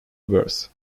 worth